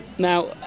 Now